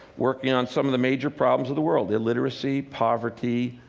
working on some of the major problems of the world illiteracy, poverty,